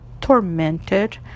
tormented